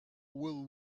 will